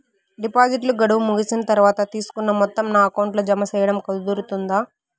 డిపాజిట్లు గడువు ముగిసిన తర్వాత, తీసుకున్న మొత్తం నా అకౌంట్ లో జామ సేయడం కుదురుతుందా?